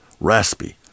raspy